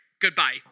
Goodbye